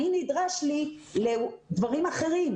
אני נדרש לדברים אחרים.